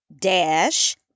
dash